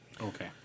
Okay